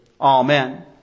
Amen